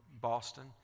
Boston